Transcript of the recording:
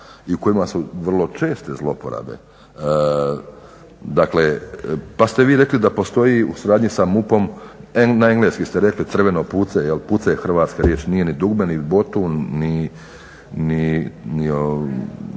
i u kojima su vrlo česte zloporabe. Pa ste vi rekli da postoji u suradnji sa MUP na engleski ste rekli crveno puce, puce je hrvatska riječ, nije ni dugme, ni botun, ni